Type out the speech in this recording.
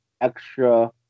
extra